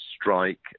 strike